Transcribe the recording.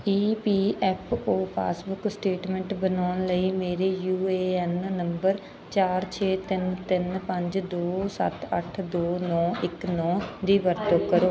E P F or passbook statement ਬਣਾਉਣ ਲਈ ਮੇਰੇ ਯੂ ਏ ਐੱਨ ਨੰਬਰ ਚਾਰ ਛੇ ਤਿੰਨ ਤਿੰਨ ਪੰਜ ਦੋ ਸੱਤ ਅੱਠ ਦੋ ਨੌ ਇੱਕ ਨੌ ਦੀ ਵਰਤੋਂ ਕਰੋ